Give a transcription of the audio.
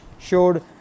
showed